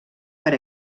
per